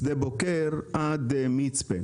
ושדה בוקר עד מצפה.